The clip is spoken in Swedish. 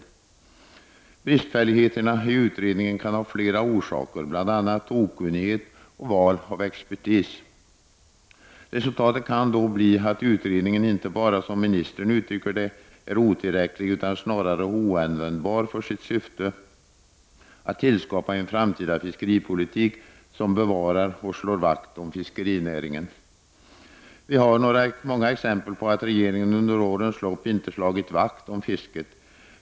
Orsakerna till bristfälligheten i utredningen kan vara flera — okunnighet, valet av expertis etc. Resultatet härav är inte bara att utredningen, som mi nistern uttrycker det, är otillräcklig utan också att den t.o.m. är oanvändbar med tanke på syftet, nämligen att bidra till att en framtida fiskeripolitik kan skapas som bevarar och slår vakt om fiskerinäringen. Det finns många exempel på att regeringen under årens lopp inte har slagit vakt om fisket.